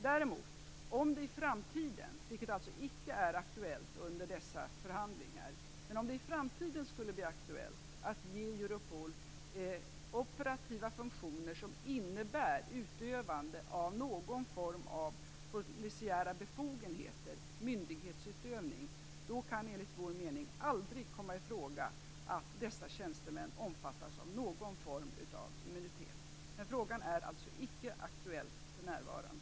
Om det däremot i framtiden skulle bli aktuellt - vilket alltså icke är fallet under dessa förhandlingar - att ge Europol operativa funktioner som innebär utövande av någon form av polisiära befogenheter, myndighetsutövning, kan det enligt vår mening aldrig komma i fråga att dessa tjänstemän omfattas av någon form av immunitet. Men frågan är alltså icke aktuell för närvarande.